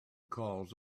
calls